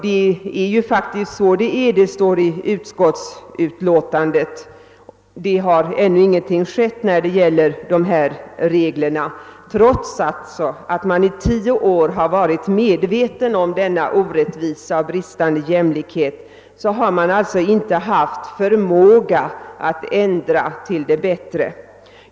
Det står i utskottsutlåtandet om denna 10-åriga kritik och ingenting har skett ännu i fråga om de föreliggande reglerna. Trots att man alltså under tio år varit medveten om denna orättvisa och om denna bristande jämlikhet har det inte gått att ändra saken till det bättre.